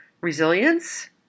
resilience